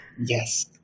yes